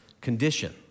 condition